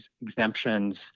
exemptions